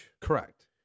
Correct